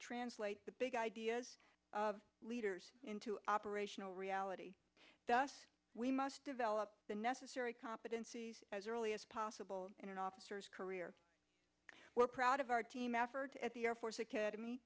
translate the big ideas of leaders into operational reality thus we must develop the necessary competencies as early as possible in an officer's career we're proud of our team effort at the air force academy